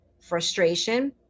Frustration